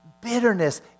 Bitterness